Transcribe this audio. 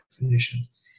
definitions